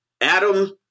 Adam